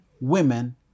women